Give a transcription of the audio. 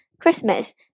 Christmas